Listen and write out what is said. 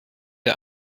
der